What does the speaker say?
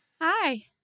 Hi